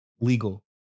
Legal